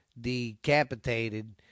decapitated